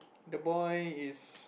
the boy is